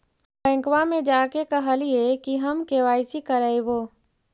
बैंकवा मे जा के कहलिऐ कि हम के.वाई.सी करईवो?